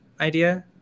idea